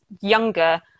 younger